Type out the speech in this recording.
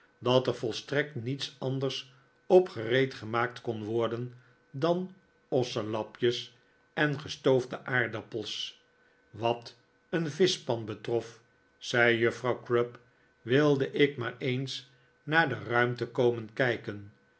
dat er volstrekt niets anders op gereed gemaakt kon worden dan osselapjes en gestoofde aardappelen wat een vischpan betrof zei juffrouw crupp wilde ik maar eens naar de ruimte komen kijken